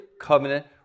covenant